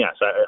yes